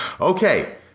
Okay